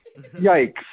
Yikes